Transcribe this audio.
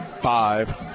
five